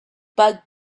bug